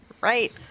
Right